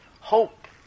hope